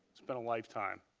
has been a lifetime.